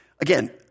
again